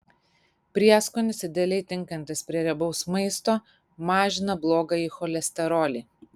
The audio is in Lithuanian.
prieskonis idealiai tinkantis prie riebaus maisto mažina blogąjį cholesterolį